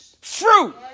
fruit